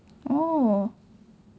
oh